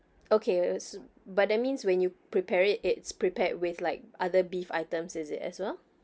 okay s~ but that means when you prepare it it's prepared with like other beef items is it as well